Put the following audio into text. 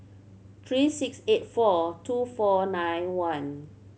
three six eight four two four nine one